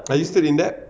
are you still in debt